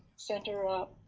center up,